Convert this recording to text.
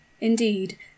Indeed